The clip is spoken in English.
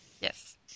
Yes